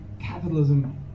capitalism